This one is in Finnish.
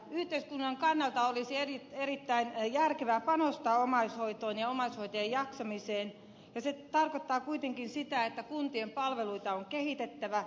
yhteiskunnan kannalta olisi erittäin järkevää panostaa omaishoitoon ja omaishoitajien jaksamiseen ja se tarkoittaa sitä että kuntien palveluita on kehitettävä